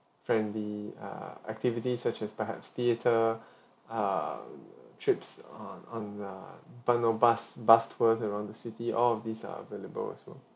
friendly err activities such as perhaps theatre err trips on on err bano bus bus tours around the city all of these are available as well